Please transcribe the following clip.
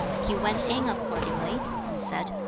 he went in accordingly, and said,